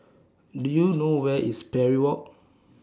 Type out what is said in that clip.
Do YOU know Where IS Parry Walk